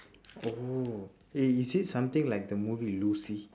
oh is it something like the movie lucy